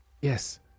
yes